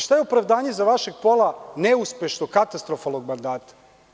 Šta je opravdanje za vašeg pola neuspešnog, katastrofalnog mandata?